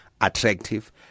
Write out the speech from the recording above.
attractive